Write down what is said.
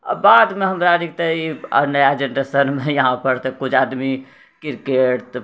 आ बादमे हमरारिके तऽ ई नया जेनरेशनमे यहाँ पर तऽ कुछ आदमी क्रिकेट